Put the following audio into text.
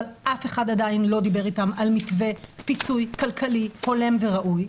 אבל אף אחד עדיין לא דיבר איתם על מתווה פיצוי כלכלי הולם וראוי.